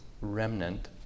remnant